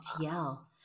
yell